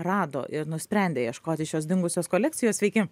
rado ir nusprendė ieškoti šios dingusios kolekcijos sveiki